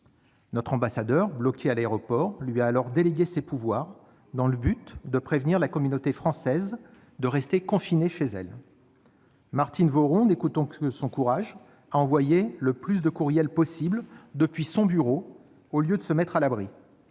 Notre ambassadeur, bloqué à l'aéroport, lui a alors délégué ses pouvoirs dans le but de prévenir la communauté française de rester confinée chez elle. Martine Voron, n'écoutant que son courage, a envoyé le plus de courriels possible depuis son bureau au lieu de se mettre à l'abri.